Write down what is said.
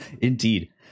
Indeed